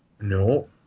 no